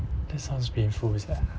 that sounds painful is that